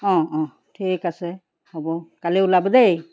অঁ অঁ ঠিক আছে হ'ব কালি ওলাব দেই